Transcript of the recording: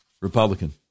Republican